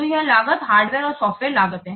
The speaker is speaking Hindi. तो यह लागत हार्डवेयर और सॉफ्टवेयर लागत है